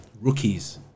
rookies